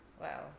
Wow